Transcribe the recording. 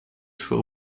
for